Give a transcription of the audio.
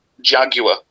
jaguar